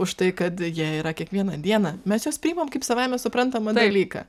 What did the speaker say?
už tai kad jie yra kiekvieną dieną mes juos priimam kaip savaime suprantamą dalyką